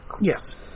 Yes